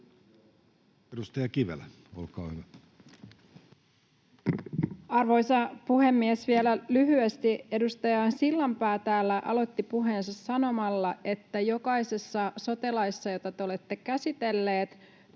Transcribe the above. Time: 23:00 Content: Arvoisa puhemies! Vielä lyhyesti. Kun edustaja Sillanpää täällä aloitti puheensa sanomalla, että jokaisessa sote-laissa, jota te olette käsitelleet,